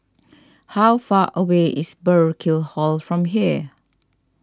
how far away is Burkill Hall from here